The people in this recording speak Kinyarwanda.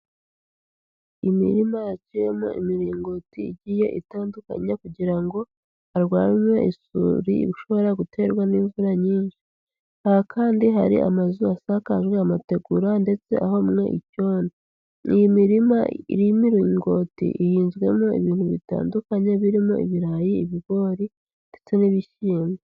Imirima yaciyemo imiringoti, igiye itandukanye kugira ngo harwanwe isuri ishobora guterwa n'imvura nyinshi, aha kandi hari amazu asakajwe amategura, ndetse ahomwe ibyondo. Iyi mirima iriho imiringoti, ihinzwemo ibintu bitandukanye, birimo ibirayi, ibigori, ndetse n'ibishyimbo.